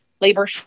labor